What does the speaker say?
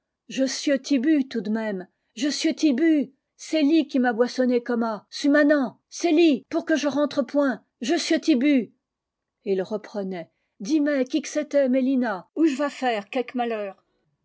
bu tout de même je sieus ti bu c'est li qui m'a boissonné comma çu manant c'est li pour que je rentre point j sieus ti bu et il reprenait dis mé qui que c'était mélina ou j'vas faire quéque malheur